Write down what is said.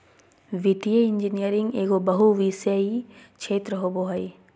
वित्तीय इंजीनियरिंग एगो बहुविषयी क्षेत्र होबो हइ